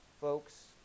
Folks